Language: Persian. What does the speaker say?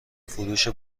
فروش